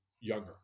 younger